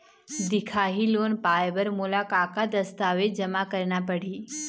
दिखाही लोन पाए बर मोला का का दस्तावेज जमा करना पड़ही?